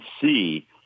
see –